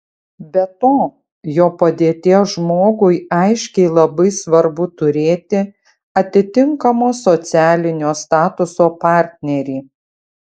be to jo padėties žmogui aiškiai labai svarbu turėti atitinkamo socialinio statuso partnerį